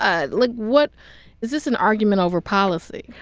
ah like, what is this an argument over policy?